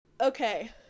Okay